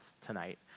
tonight